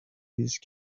these